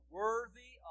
worthy